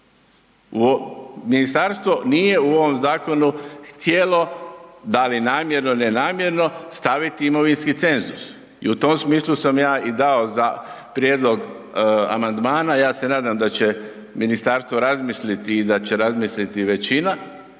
Ministarstvo nije u ovom zakonu htjelo da li namjerno ili ne namjerno, staviti imovinski cenzus i u tom smislu sam ja i dao prijedlog amandmana, ja se nadam da će ministarstvo razmisliti i da će razmisliti većina